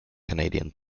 canadian